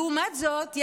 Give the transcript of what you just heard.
לעומת זאת,